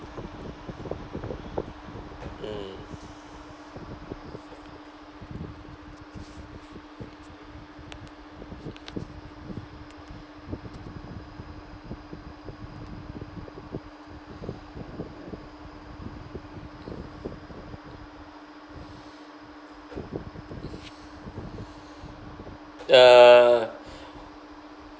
mm uh